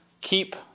keep